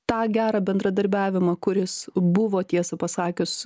tą gerą bendradarbiavimą kuris buvo tiesą pasakius